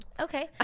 okay